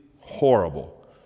horrible